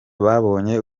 babonye